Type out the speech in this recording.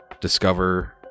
discover